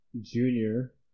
junior